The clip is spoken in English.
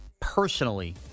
Personally